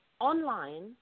online